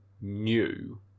new